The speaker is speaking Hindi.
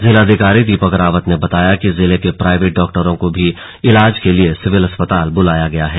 जिलाधिकारी दीपक रावत ने बताया कि जिले के प्राइवेट डॉक्टरों को भी इलाज के लिए सिविल अस्पताल बुलाया गया है